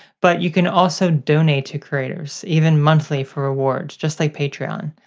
but you can also donate to creators, even monthly for rewards, just like patreon.